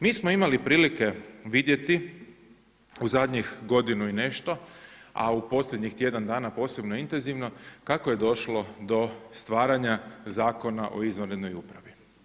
Mi smo imali prilike vidjeti u zadnjih godinu i nešto, a u posljednjih tjedan dana posebno intenzivno kako je došlo do stvaranja Zakona o izvanrednoj upravi.